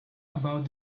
about